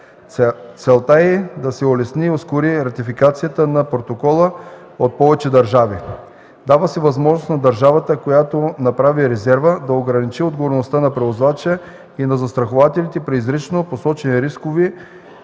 Целта й е да улесни и ускори ратификацията на протокола от повече държави. Дава се възможност на държавата, която направи резерва, да ограничи отговорността на превозвача и на застрахователите при изрично посочени рискове